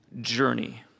journey